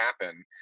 happen